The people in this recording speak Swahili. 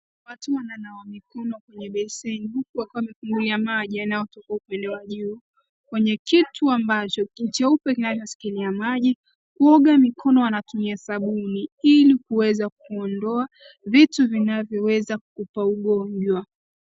Watu wananawa mikono kwenye beseni, wakiwa wamefungulia maji yanayotoka upande wa juu, kwenye kitu ambacho ni cheupe kinachoshikila maji. Kuoga mikono wanatumia sabuni, ili kuweza kuondoa vitu vinavyoweza kupa ugonjwa.